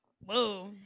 Whoa